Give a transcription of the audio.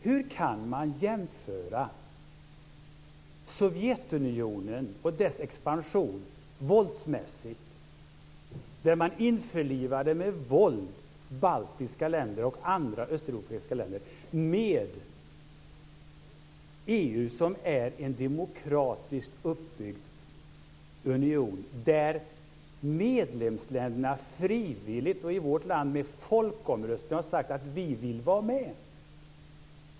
Hur kan man jämföra Sovjetunionen och dess expansion, där man med våld införlivade baltiska och andra östeuropeiska länder, med EU som är en demokratiskt uppbyggd union där medlemsländerna frivilligt, och i vårt land i folkomröstning, har sagt att vi vill vara med?